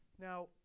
Now